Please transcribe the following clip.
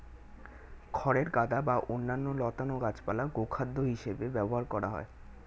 খড়ের গাদা বা অন্যান্য লতানো গাছপালা গোখাদ্য হিসেবে ব্যবহার করা হয়